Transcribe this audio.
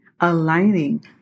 aligning